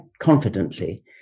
confidently